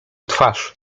twarz